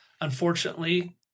unfortunately